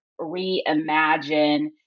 reimagine